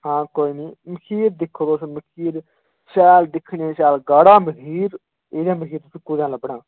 हां कोई निं मखीर दिक्खो तुस मखीर शैल दिक्खने ई शैल गाढ़ा मखीर इ'यै नेहा मखीर तुसें ई कुतै निं लब्भना